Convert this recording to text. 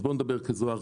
אז בוא נדבר כזוהר,